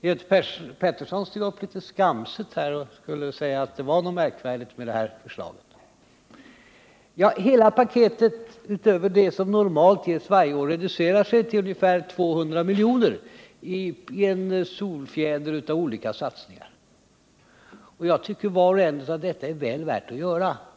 Göte Pettersson steg upp litet skamset här och ville säga att det var något märkvärdigt med detta förslag. Men hela paketet — utöver det som normalt ges varje år — reducerar sig till ungefär 200 milj.kr. i en solfjäder av olika satsningar. Jag tycker att varje satsning är väl värd att göra.